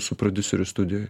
su prodiuseriu studijoj